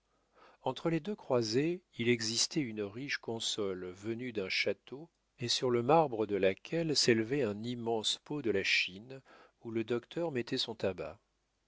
entre les deux croisées il existait une riche console venue d'un château et sur le marbre de laquelle s'élevait un immense pot de la chine où le docteur mettait son tabac